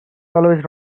always